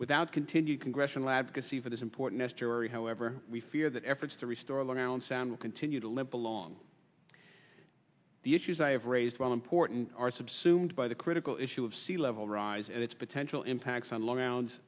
without continued congressional advocacy for this important history however we fear that efforts to restore long island sound will continue to limp along the issues i have raised while important are subsumed by the critical issue of sea level rise and its potential impacts on long